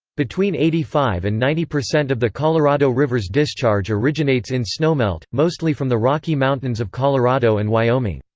between eighty five and ninety percent of the colorado river's discharge originates in snowmelt, mostly from the rocky mountains of colorado and wyoming.